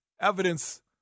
evidence